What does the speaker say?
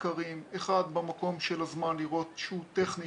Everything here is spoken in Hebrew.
בני משפחה,